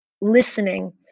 listening